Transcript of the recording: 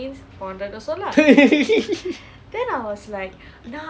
ah